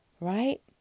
right